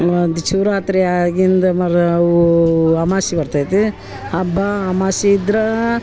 ಒಂದು ಶಿವರಾತ್ರಿ ಆಗಿಂದ ಮರಾವೂ ಅಮಾಸೆ ಬರ್ತೈತಿ ಹಬ್ಬ ಅಮಾಸೆ ಇದ್ರೆ